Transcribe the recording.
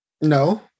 No